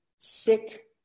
Sick